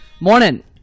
morning